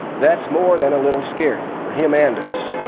that's more than a little scary, for him and us.